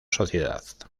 sociedad